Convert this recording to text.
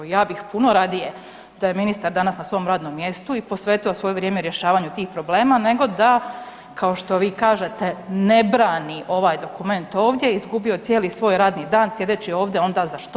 Ja bih puno radije da je ministar danas na svom radnom mjestu i posvetio svoje vrijeme rješavanju tih problema, nego da kao što vi kažete ne brani ovaj dokument ovdje, izgubio cijeli svoj radni dan sjedeći ovdje onda za što?